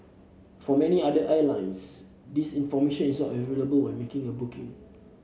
for many other airlines this information is not available when making a booking